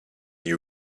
you